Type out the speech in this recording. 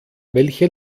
welche